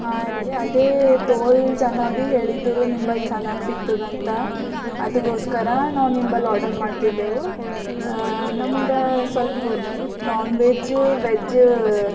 ಹಾಂ ರೀ ಅದೇ ತೋಲು ಜನ ಭೀ ಹೇಳಿದರು ನಿಂಬಲ್ಲಿ ಚೆನ್ನಾಗಿಸಿಗ್ತದಂತ ಅದ್ಕೋಸ್ಕರ ನಾವು ನಿಂಬಲ್ಲಿ ಆರ್ಡರ್ ಮಾಡ್ತಿದ್ದೆವು ನಮಗೆ ಸ್ವಲ್ಪ ನಾನ್ ವೆಜ್ಜ ವೆಜ್ಜ